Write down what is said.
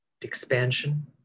expansion